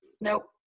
Nope